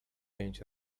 pięć